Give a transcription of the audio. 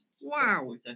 Wow